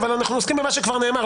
אבל אנחנו עוסקים במה שכבר נאמר,